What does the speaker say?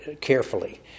carefully